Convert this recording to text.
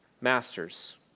Masters